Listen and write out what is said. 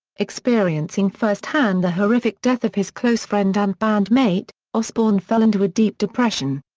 experiencing firsthand the horrific death of his close friend and band mate, osbourne fell into a deep depression.